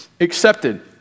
accepted